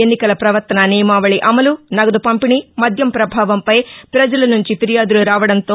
ఎన్నికల ప్రవర్తన నియమావళి అమలు నగదు పంపిణీ మధ్యం ప్రభావంపై ప్రజలనుంచి ఫిర్యాదులు రావడంతో